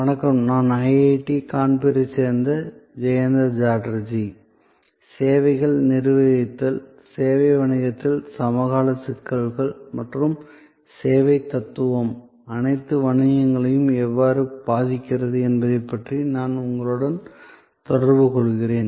வணக்கம் நான் ஐஐடி கான்பூரைச் சேர்ந்த ஜெயந்த சாட்டர்ஜி சேவைகளை நிர்வகித்தல் சேவை வணிகத்தில் சமகால சிக்கல்கள் மற்றும் சேவைத் தத்துவம் அனைத்து வணிகங்களையும் எவ்வாறு பாதிக்கிறது என்பதைப் பற்றி நான் உங்களுடன் தொடர்பு கொள்கிறேன்